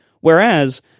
Whereas